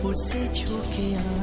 to pay